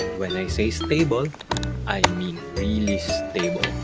when i say stable i mean really stable